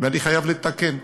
ואני חייב לתקן.